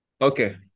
Okay